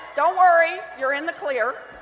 don't worry you're in the clear.